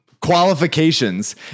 qualifications